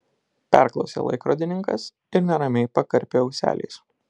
perklausė laikrodininkas ir neramiai pakarpė ūseliais